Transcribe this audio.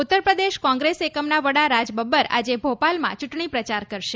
ઉત્તરપ્રદેશ કોંગ્રેસ એકમના વડા રાજબબ્બર આજે ભોપાલમાં ચૂંટણી પ્રચાર કરશે